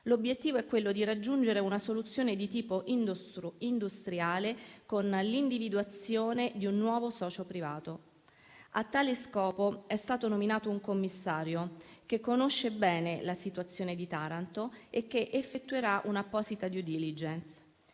L'obiettivo è quello di raggiungere una soluzione di tipo industriale, con l'individuazione di un nuovo socio privato. A tale scopo, è stato nominato un commissario che conosce bene la situazione di Taranto e che effettuerà un'apposita *due diligence*.